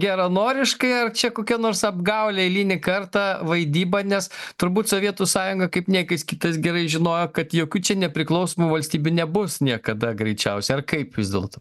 geranoriškai ar čia kokia nors apgaulė eilinį kartą vaidyba nes turbūt sovietų sąjunga kaip niekas kitas gerai žinojo kad jokių čia nepriklausomų valstybių nebus niekada greičiausiai ar kaip vis dėlto